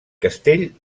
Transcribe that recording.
castell